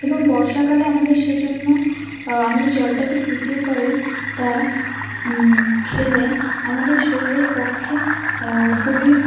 এবং বর্ষাকালে আমাদের সেজন্য আমাদের জলটাকে ফুটিয়ে পরে তা খেলে আমাদের শরীরের পক্ষে খুবই